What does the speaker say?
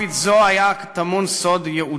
ביוגרפית זו היה טמון סוד ייעודו.